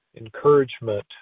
encouragement